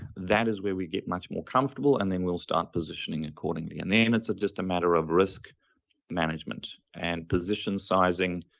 that is where we get much more comfortable, and then we'll start positioning accordingly. and then it's just a matter of risk management and position sizing